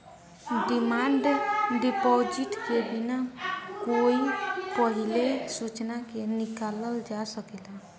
demand deposit के बिना कोई पहिले सूचना के निकालल जा सकेला